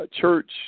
church